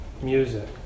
music